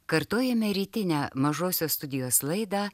kartojame rytinę mažosios studijos laidą